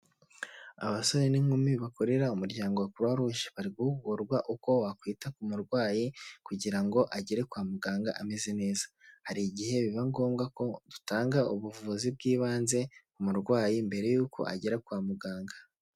Abasore n'inkumi bakorera umuryango wa kuruwa ruje, bari guhugurwa uko wakwita ku murwayi kugira ngo agere kwa muganga ameze neza, hari igihe biba ngombwa ko dutanga ubuvuzi bw'ibanze ku umurwayi, mbere y'uko agera kwa muganga.